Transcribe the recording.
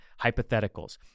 Hypotheticals